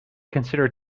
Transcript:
consider